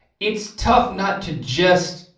it's tough not to just